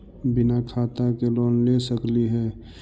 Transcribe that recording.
बिना खाता के लोन ले सकली हे?